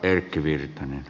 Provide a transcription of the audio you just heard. arvoisa puhemies